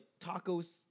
tacos